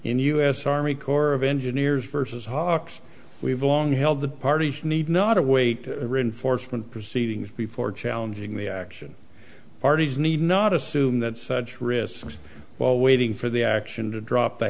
s army corps of engineers versus hawks we've long held the parties need not to wait reinforcement proceedings before challenging the action parties need not assume that such risks while waiting for the action to drop the